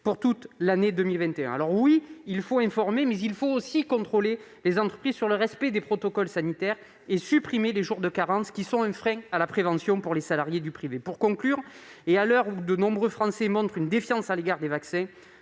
toute l'année 2021 ! Oui, il faut informer, mais il faut aussi contrôler les entreprises sur le respect des protocoles sanitaires et il faut supprimer les jours de carence, qui constituent un frein à la prévention pour les salariés du privé. À l'heure où de nombreux Français montrent une défiance à l'égard des vaccins,